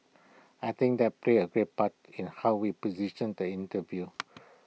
I think that plays A big part in how we position the interview